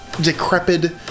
decrepit